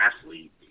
athlete